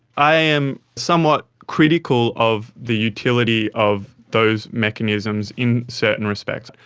i am somewhat critical of the utility of those mechanisms in certain respects.